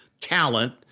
talent